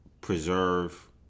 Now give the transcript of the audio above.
preserve